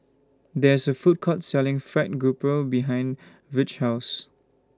There IS A Food Court Selling Fried Grouper behind Virge's House